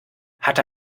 hatte